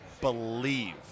believe